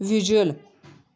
visual